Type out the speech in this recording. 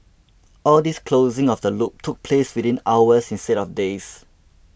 all this closing of the loop took place within hours instead of days